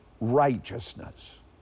righteousness